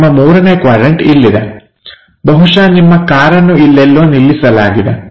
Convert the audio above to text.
ನಿಮ್ಮ ಮೂರನೇ ಕ್ವಾಡ್ರನ್ಟ ಇಲ್ಲಿದೆ ಬಹುಶಃ ನಿಮ್ಮ ಕಾರನ್ನು ಇಲ್ಲೆಲ್ಲೋ ನಿಲ್ಲಿಸಲಾಗಿದೆ